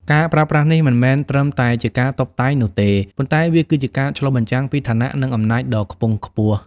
ការប្រើប្រាស់នេះមិនមែនត្រឹមតែជាការតុបតែងនោះទេ ប៉ុន្តែវាគឺជាការឆ្លុះបញ្ចាំងពីឋានៈ និងអំណាចដ៏ខ្ពង់ខ្ពស់។